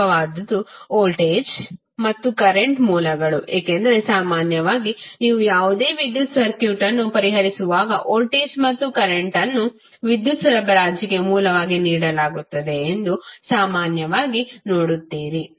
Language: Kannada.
ಪ್ರಮುಖವಾದುದು ವೋಲ್ಟೇಜ್ ಮತ್ತು ಕರೆಂಟ್ಮೂಲಗಳು ಏಕೆಂದರೆ ಸಾಮಾನ್ಯವಾಗಿ ನೀವು ಯಾವುದೇ ವಿದ್ಯುತ್ ಸರ್ಕ್ಯೂಟ್ ಅನ್ನು ಪರಿಹರಿಸುವಾಗ ವೋಲ್ಟೇಜ್ ಮತ್ತು ಕರೆಂಟ್ವನ್ನು ವಿದ್ಯುತ್ ಸರಬರಾಜಿಗೆ ಮೂಲವಾಗಿ ನೀಡಲಾಗುತ್ತದೆ ಎಂದು ಸಾಮಾನ್ಯವಾಗಿ ನೋಡುತ್ತೀರಿ